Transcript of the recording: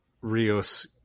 Rios